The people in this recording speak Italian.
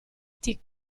tic